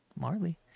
Marley